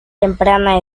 temprana